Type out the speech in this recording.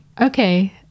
Okay